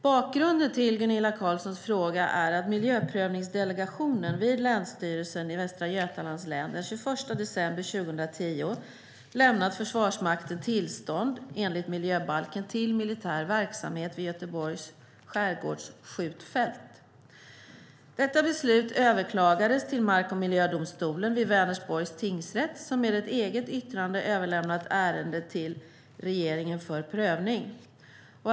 Bakgrunden till Gunilla Carlssons fråga är att miljöprövningsdelegationen vid Länsstyrelsen i Västra Götalands län den 21 december 2010 lämnat Försvarsmakten tillstånd enligt miljöbalken till militär verksamhet vid Göteborgs skärgårdsskjutfält. Detta beslut överklagades till mark och miljödomstolen vid Vänersborgs tingsrätt som med ett eget yttrande överlämnat ärendet till regeringen för prövning.